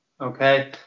okay